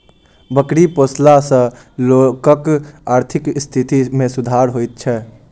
बकरी पोसला सॅ लोकक आर्थिक स्थिति मे सुधार होइत छै